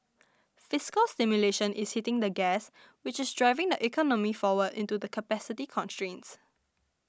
fiscal stimulation is hitting the gas which is driving the economy forward into the capacity constraints